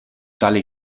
tale